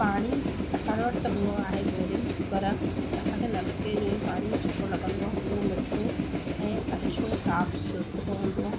पाणी असां वटि त हूअं आहे बोरिंग पर असांखे नलिके जो ई पाणी सुठो लॻंदो आहे उहो मिठो ऐं अछो साफ़ सुथिरो हूंदो आहे